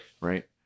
right